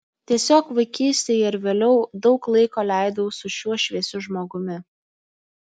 tiesiog vaikystėje ir vėliau daug laiko leidau su šiuo šviesiu žmogumi